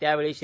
त्यावेळी श्री